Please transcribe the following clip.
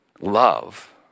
love